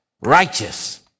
righteous